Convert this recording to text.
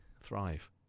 thrive